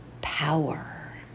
power